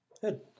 Good